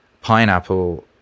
pineapple